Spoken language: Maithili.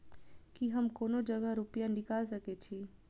की हम कोनो जगह रूपया निकाल सके छी?